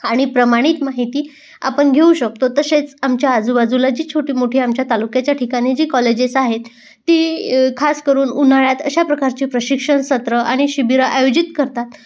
आणि प्रमाणित माहिती आपण घेऊ शकतो तसेच आमच्या आजूबाजूला जी छोटी मोठी आमच्या तालुक्याच्या ठिकाणी जी कॉलेजेस आहेत ती खास करून उन्हाळ्यात अशा प्रकारचे प्रशिक्षण सत्र आणि शिबिरं आयोजित करतात